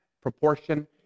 proportion